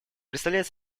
представляет